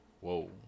Whoa